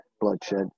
bloodshed